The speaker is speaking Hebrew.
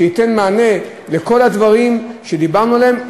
שייתן מענה לכל הדברים שדיברנו עליהם,